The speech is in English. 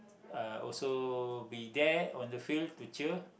uh also be there on the field to cheer